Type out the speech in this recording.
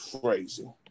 Crazy